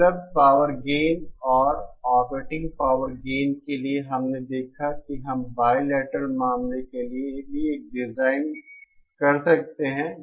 उपलब्ध power gain और operating power gain के लिए हमने देखा कि हम बाइलेटरल मामले के लिए भी एक डिजाइन कर सकते हैं